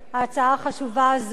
ההצעה החשובה הזאת,